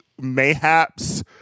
Mayhap's